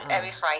ah